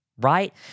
right